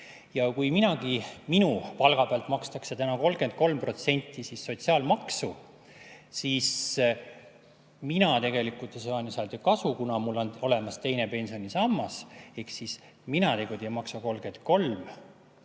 Ja kui minu palga pealt makstakse täna 33% sotsiaalmaksu, siis mina tegelikult saan ju sealt kasu, kuna mul on olemas teine pensionisammas, ehk mina ei maksa 33%,